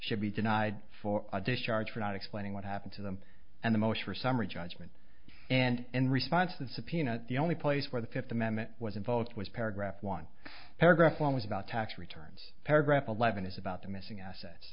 should be denied for a discharge for not explaining what happened to them and the most for summary judgment and in response the subpoena the only place where the fifth amendment was invoked was paragraph one paragraph one was about tax returns paragraph eleven is about the missing assets